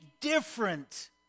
different